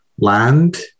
land